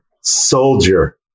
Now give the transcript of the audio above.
soldier